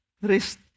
rest